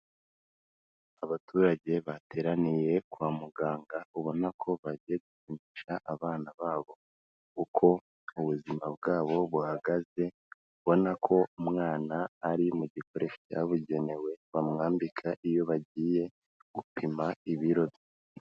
Abaturage bateraniye kwa muganga ubona ko bagiye kupimisha abana babo uko ubuzima bwabo buhagaze, ubona ko umwana ari mu gikoresho cyabugenewe bamwambika iyo bagiye gupima ibiro bye.